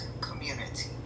community